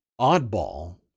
oddball